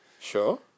Sure